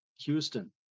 houston